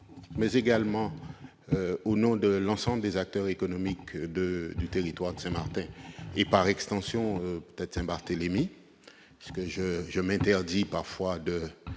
mais également au nom de l'ensemble des acteurs économiques du territoire de Saint-Martin et, par extension, de Saint-Barthélemy. Je m'interdis parfois de